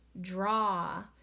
Draw